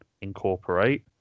incorporate